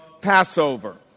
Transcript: Passover